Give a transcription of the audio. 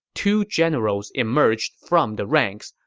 two generals emerged from the ranks,